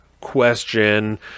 question